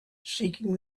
seeking